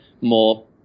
more